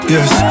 Yes